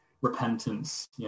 repentance